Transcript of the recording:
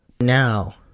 now